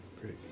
Great